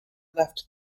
left